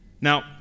Now